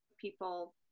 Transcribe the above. people